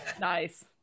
Nice